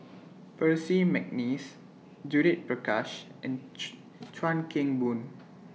Percy Mcneice Judith Prakash and Choo Chuan Keng Boon